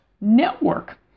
network